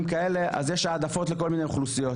כאלה אז יש העדפות לכל מיני אוכלוסיות,